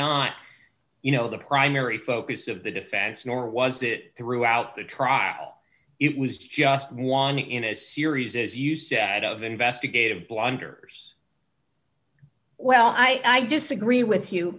not you know the primary focus of the defense nor was it throughout the trial it was just one in a series as you said of investigative blunders well i disagree with you